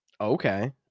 Okay